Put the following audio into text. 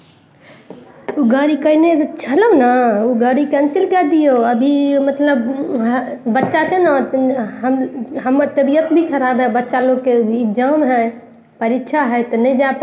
काम बिधायक सरियाके समस्तीपुर अथीमे नहि करै छथिन जिलामे बुझलियै रोड उड सब खराब छै अच्छा से नहि बनबै छथिन बुझलियै आओर